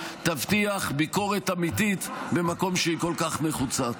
תבטיח ביקורת אמיתית במקום שהיא כל כך נחוצה.